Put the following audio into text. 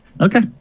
Okay